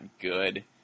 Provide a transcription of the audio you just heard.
good